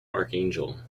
archangel